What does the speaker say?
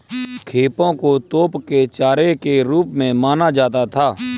खेपों को तोप के चारे के रूप में माना जाता था